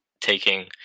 taking